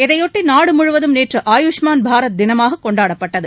இதையொட்டி நாடு முழுவதும் நேற்று ஆயுஷ்மான் பாரத் தினமாகக் கொண்டாடப்பட்டது